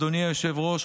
אדוני היושב-ראש,